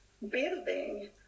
building